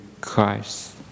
Christ